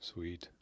Sweet